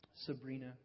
Sabrina